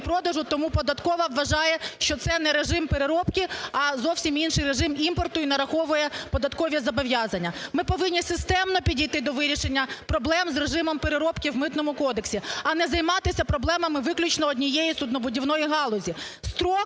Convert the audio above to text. купівлі-продажу. Тому податкова вважає, що це не режим переробки, а зовсім інший режим імпорту і нараховує податкові зобов'язання. Ми повинні системно підійти до вирішення проблем з режимом переробки в Митному кодексі, а не займатися проблемами виключно однієї суднобудівної галузі. Строк